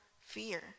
fear